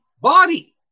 body